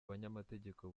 banyamategeko